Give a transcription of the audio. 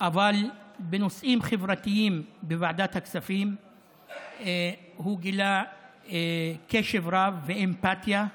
אבל בנושאים חברתיים בוועדת הכספים הוא גילה קשב רב ואמפתיה.